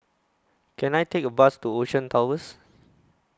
Can I Take A Bus to Ocean Towers